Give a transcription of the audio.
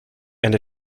and